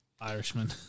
Irishman